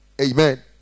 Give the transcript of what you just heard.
Amen